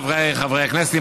חבריי חברי הכנסת,